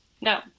No